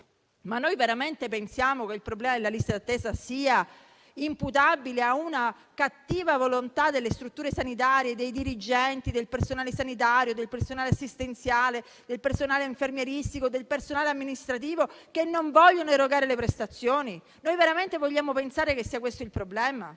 Davvero noi pensiamo che il problema delle liste d'attesa sia imputabile a una cattiva volontà delle strutture sanitarie, dei dirigenti, del personale sanitario, assistenziale, infermieristico e amministrativo che non vogliono erogare le prestazioni? Noi veramente vogliamo pensare che sia questo il problema?